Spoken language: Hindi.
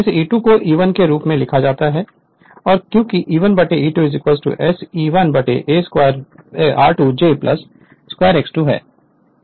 इस E2 को E 1 के रूप में लिखा जा सकता है क्योंकि E 1 E2 SE1 a square r2 j s a square X 2 है